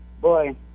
Boy